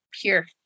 pure